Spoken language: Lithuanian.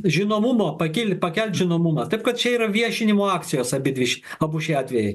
žinomumo pakyl pakelt žinomumą taip kad čia ir viešinimo akcijos abi dvi abu šie atvejai